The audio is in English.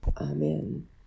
Amen